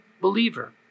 believer